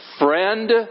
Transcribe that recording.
Friend